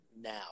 now